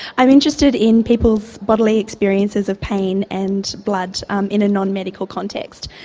i'm interested in people's bodily experiences of pain and blood um in a non-medical context,